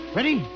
Ready